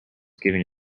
giving